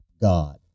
god